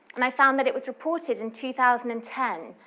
um i found that it was reported in two thousand and ten,